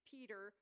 Peter